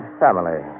family